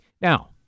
Now